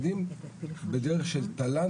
במסגרת של תל"נ,